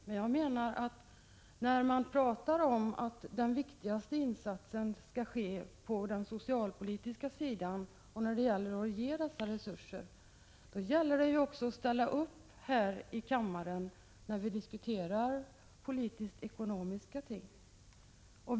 Men när man talar om att den viktigaste insatsen skall ske på den socialpolitiska sidan och när det gäller att ge dessa resurser, då gäller det också att ställa upp här i kammaren när vi diskuterar ekonomisk-politiska frågor.